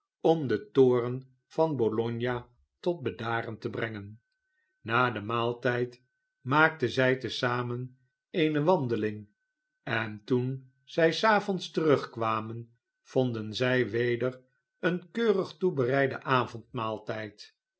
om den toorn van bologna tot bedaren te brengen na den maaltijd maakten zij te zamen eene wandering en toen zij s avonds terugkwamen vonden zij weder een keurig toebereiden avondmaaltijd